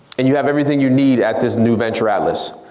and you have everything you need at this new venture atlas.